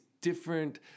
different